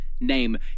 name